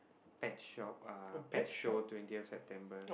pet shop uh pet show twentieth September